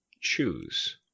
choose